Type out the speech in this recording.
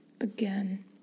again